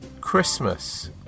Christmas